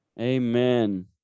Amen